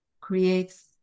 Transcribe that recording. creates